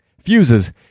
fuses